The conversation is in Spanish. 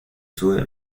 sube